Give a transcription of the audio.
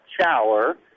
shower